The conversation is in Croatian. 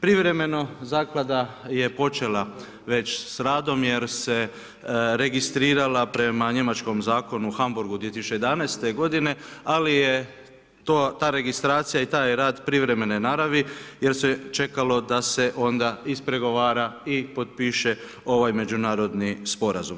Privremeno zaklada je počela već s radom jer se registrirala prema njemačkom zakonu u Hamburgu 2011. godine ali je ta registracija i taj rad privremene naravi jer se čekalo da se onda ispregovara i potpiše ovaj međunarodni sporazum.